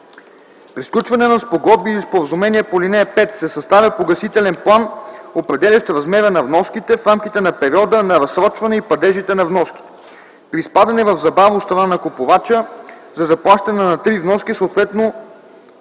При сключване на спогодба или споразумение по ал. 5 се съставя погасителен план, определящ размера на вноските в рамките на периода на разсрочване и падежите на вноските. При изпадане в забава от страна на купувача за заплащане на три вноски, съответно